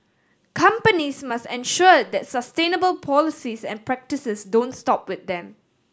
companies must ensure that sustainable policies and practices don't stop with them